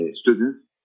students